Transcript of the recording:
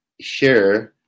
share